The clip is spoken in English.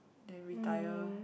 then retired